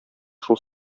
шул